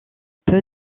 peu